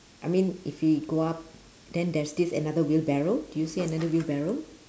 I mean if we go up then there's this another wheelbarrow do you see another wheelbarrow